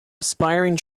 aspiring